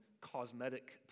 cosmetic